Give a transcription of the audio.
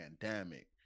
pandemic